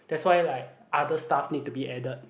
that's why like other stuff need to be added